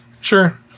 sure